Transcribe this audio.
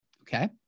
Okay